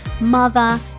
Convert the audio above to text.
mother